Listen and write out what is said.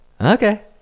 okay